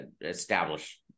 establish